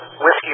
Whiskey